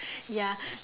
ya